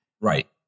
Right